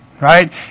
right